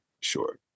sure